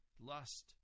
lust